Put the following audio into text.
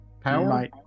power